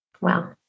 Wow